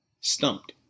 Stumped